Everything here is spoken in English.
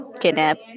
Kidnap